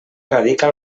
radica